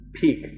peak